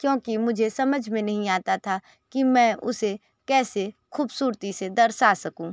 क्योंकि मुझे समझ में नहीं आता था कि मैं उसे कैसे खूबसूरती से दर्शा सकूँ